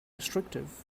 restrictive